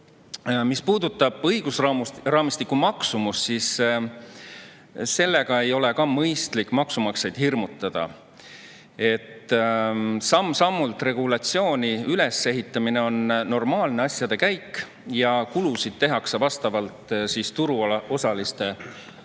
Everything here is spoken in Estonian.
Mis puudutab õigusraamistiku maksumust, siis sellega ei ole ka mõistlik maksumaksjaid hirmutada. Samm-sammult regulatsiooni ülesehitamine on normaalne asjade käik ja kulutusi tehakse vastavalt turuosaliste